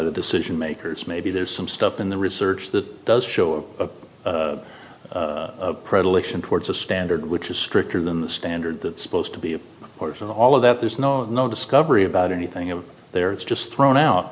the decision makers maybe there's some stuff in the research that does show a predilection towards a standard which is stricter than the standard that's supposed to be of course and all of that there's no no discovery about anything in there it's just thrown out